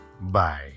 Bye